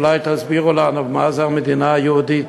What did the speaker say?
אולי תסבירו לנו מה זה המדינה היהודית?